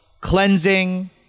cleansing